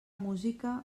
música